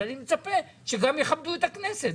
אבל אני מצפה שגם יכבדו את הכנסת.